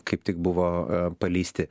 kaip tik buvo paleisti